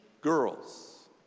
girls